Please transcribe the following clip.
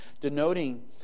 denoting